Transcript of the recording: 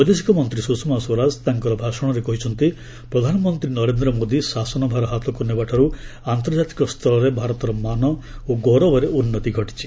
ବୈଦେଶିକମନ୍ତ୍ରୀ ସ୍ୱଷମା ସ୍ୱରାଜ ତାଙ୍କର ଭାଷଣରେ କହିଛନ୍ତି ପ୍ରଧାନମନ୍ତ୍ରୀ ନରେନ୍ଦ୍ର ମୋଦି ଶାସନଭାର ହାତକ୍ ନେବାଠାର୍ ଆନ୍ତର୍ଜାତିକ ସ୍ତରରେ ଭାରତର ମାନ ଓ ଗୌରବରେ ଉନ୍ନତି ଘଟିଛି